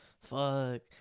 Fuck